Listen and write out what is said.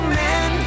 men